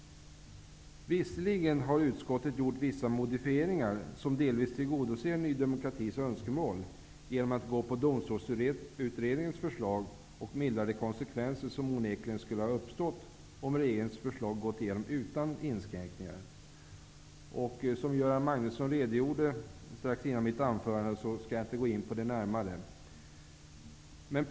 Visserligen har utskottet gjort vissa modifieringar som delvis tillgodoser Ny demokratis önskemål, genom att följa Domstolsutredningens förslag och mildra de konsekvenser som onekligen skulle ha uppstått om regeringens förslag gått igenom utan inskränkningar. Eftersom Göran Magnusson nyss redogjort för detta, skall jag inte närmare gå in på det.